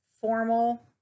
formal